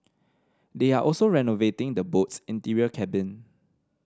they are also renovating the boat's interior cabin